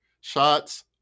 Shots